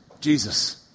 Jesus